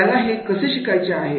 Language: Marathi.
त्याला हे कसे शिकायचे आहे